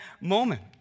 moment